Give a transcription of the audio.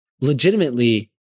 Legitimately